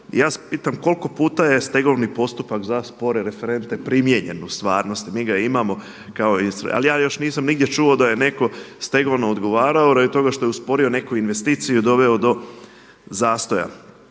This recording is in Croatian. se pitam koliko puta je stegovni postupak za spore referente primijenjen u stvarnosti, mi ga imamo ali ja još nisam nigdje čuo da je netko stegovno odgovarao radi toga što je osporio neku investiciju i doveo do zastoja.